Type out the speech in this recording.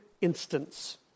instance